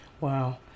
Wow